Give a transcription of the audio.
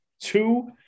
Two